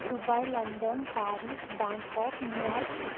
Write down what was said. Dubai London Paris Bangkok New York city